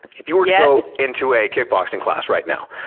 if you were to go into a kickboxing class right now,